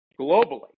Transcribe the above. globally